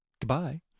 Goodbye